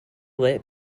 light